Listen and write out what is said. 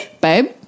Babe